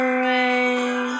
rain